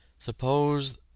Suppose